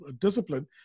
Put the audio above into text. discipline